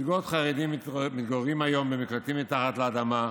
זוגות חרדים מתגוררים היום במקלטים מתחת לאדמה,